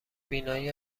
بینایی